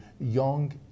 young